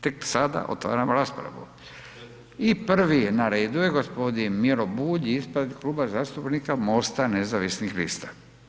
Tek sada otvaram raspravu i prvi je na redu je g. Miro Bulj ispred Kluba zastupnika Mosta nezavisnih lista.